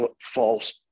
false